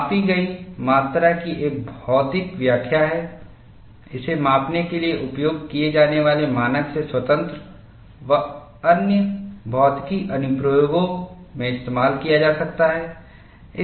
मापी गई मात्रा की एक भौतिक व्याख्या है इसे मापने के लिए उपयोग किए जाने वाले मानक से स्वतंत्र वह अन्य भौतिकी अनुप्रयोगों में इस्तेमाल किया जा सकता है